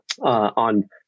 on